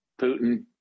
Putin